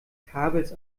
kabels